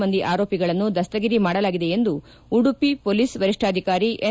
ಮಂದಿ ಆರೋಪಿಗಳನ್ನು ದಸ್ತಗಿರಿ ಮಾಡಲಾಗಿದೆ ಎಂದು ಉಡುಪಿ ಪೋಲಿಸ್ ವರಿಷ್ಠಾಧಿಕಾರಿ ಎನ್